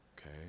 Okay